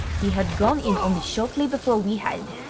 he had gone in only shortly before we had,